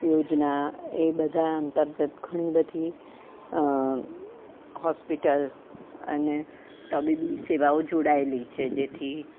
યોજના એ બધા અંતર્ગત ઘણી બધી હોસ્પિટલ અને તબીબી સેવાઓ જોડાયેલી છે જેથી